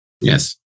Yes